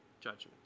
judgment